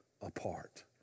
apart